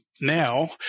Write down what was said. now